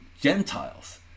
Gentiles